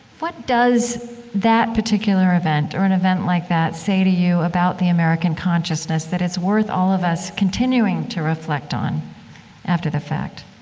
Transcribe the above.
what does that particular event or an event like that, say to you about the american consciousness, that it's worth all of us continuing to reflect on after the fact